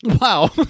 Wow